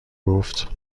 گفت